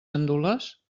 gandules